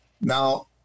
now